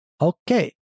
okay